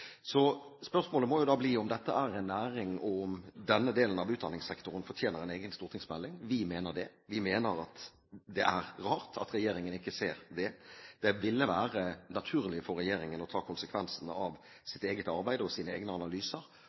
Så spørsmålet må jo da bli om denne næringen og om denne delen av utdanningssektoren fortjener en egen stortingsmelding. Vi mener det. Vi mener at det er rart at regjeringen ikke ser det. Det ville være naturlig for regjeringen å ta konsekvensene av sitt eget arbeid og sine egne analyser